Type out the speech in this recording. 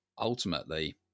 ultimately